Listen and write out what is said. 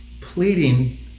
pleading